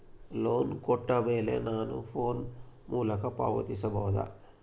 Loan ಕೊಟ್ಟ ಮೇಲೆ ನಾನು ಫೋನ್ ಮೂಲಕ ಪಾವತಿಸಬಹುದಾ?